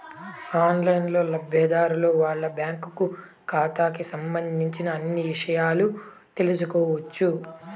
ఆన్లైన్లోనే లబ్ధిదారులు వాళ్ళ బ్యాంకు ఖాతాకి సంబంధించిన అన్ని ఇషయాలు తెలుసుకోవచ్చు